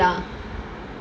ya